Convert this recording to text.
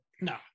no